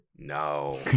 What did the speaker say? no